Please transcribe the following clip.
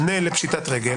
פנה לפשיטת רגל,